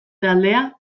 taldea